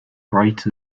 bright